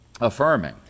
affirming